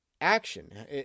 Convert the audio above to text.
action